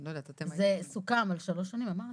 זה סוכם על שלוש שנים, אמרתי.